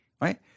right